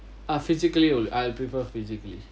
ah physically only I prefer physically